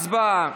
הצבעה.